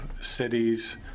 cities